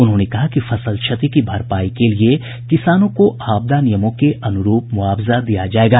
उन्होंने कहा कि फसल क्षति की भरपाई के लिए किसानों को आपदा नियमों के अनुरूप मुआवजा दिया जायेगा